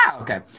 Okay